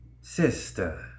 Sister